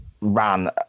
ran